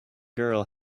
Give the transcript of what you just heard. girl